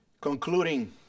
Concluding